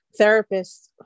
therapists